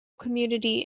community